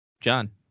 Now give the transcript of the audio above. John